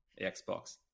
Xbox